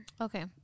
Okay